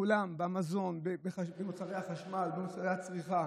בכולם: במזון, במוצרי החשמל, במוצרי הצריכה,